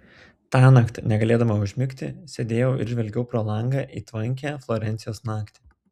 tąnakt negalėdama užmigti sėdėjau ir žvelgiau pro langą į tvankią florencijos naktį